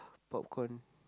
popcorn